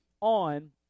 on